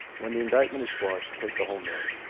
when the indictment is squash take the whole million